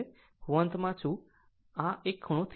આમ હું અંતમાં છું એક ખૂણો θ